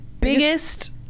biggest